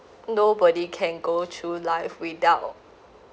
nobody can go through life without